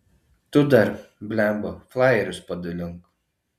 tu dar blemba flajerius padalink